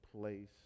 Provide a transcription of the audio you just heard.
place